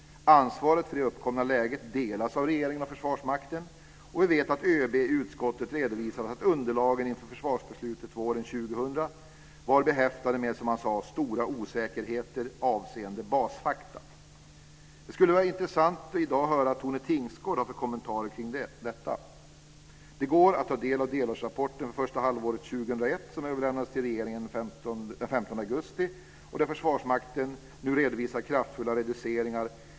Ansvaret för det uppkomna läget delas av regeringen och Försvarsmakten. Och vi vet att ÖB i utskottet redovisat att underlagen inför försvarsbeslutet våren 2000 var behäftade med, som han sade, "stora osäkerheter avseende basfakta". Det skulle vara intressant att i dag höra vad Tone Tingsgård har för kommentar kring detta. Det går att ta del av delårsrapporten för första halvåret 2001, som överlämnades till regeringen den 15 augusti, där Försvarsmakten redovisar kraftfulla reduceringar.